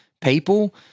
people